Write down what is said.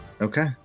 Okay